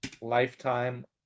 lifetime